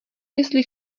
jestli